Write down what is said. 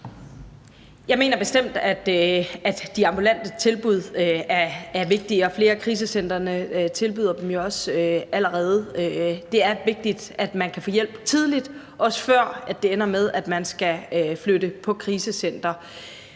Jeg mener bestemt, at de ambulante tilbud er vigtige, og flere af krisecentrene tilbyder dem jo også allerede. Det er vigtigt, at man kan få hjælp tidligt, også før det ender med, at man skal flytte på krisecenter.